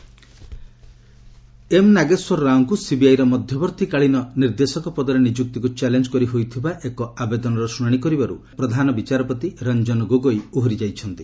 SC CBI M Nageswara ରାଓଙ୍କୁ ସିବିଆଇର ମଧ୍ୟବର୍ତ୍ତୀକାଳୀନ ନିର୍ଦ୍ଦେଶକ ପଦରେ ନିଯୁକ୍ତିକ୍ତ ଚାଲେଞ୍ଜ କରି ହୋଇଥିବା ଏକ ଆବେଦନର ଶ୍ରଣାଣି କରିବାରୁ ପ୍ରଧାନ ବିଚାରପତି ରଂଜନ ଗୋଗୋଇ ଓହରି ଯାଇଛନ୍ତି